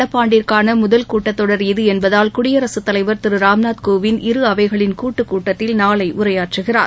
நடப்பு ஆண்டிற்கான முதல் கூட்டத்தொடர் இது என்பதால் குடியரசுத் தலைவர் திரு ராம்நாத் கோவிந்த் இரு அவைகளின் கூட்டுக் கூட்டத்தில் நாளை உரையாற்றுகிறார்